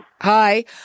Hi